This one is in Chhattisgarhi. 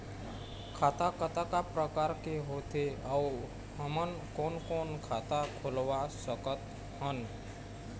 खाता कतका प्रकार के होथे अऊ हमन कोन कोन खाता खुलवा सकत हन?